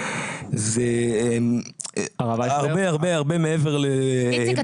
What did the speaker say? זה הרבה הרבה מעבר --- איציק,